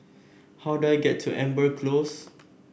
how do I get to Amber Close